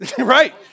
Right